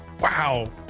wow